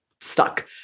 stuck